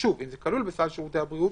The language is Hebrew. שוב - אם זה כלול בסל שירותי הבריאות,